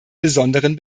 besonderen